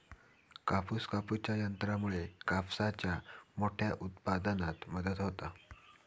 कापूस कापूच्या यंत्रामुळे कापसाच्या मोठ्या उत्पादनात मदत होता